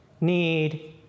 need